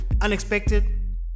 Unexpected